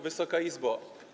Wysoka Izbo!